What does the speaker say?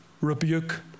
rebuke